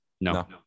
No